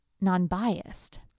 non-biased